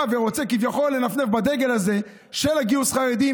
ורוצה כביכול לנפנף בדגל הזה של גיוס החרדים.